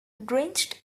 drenched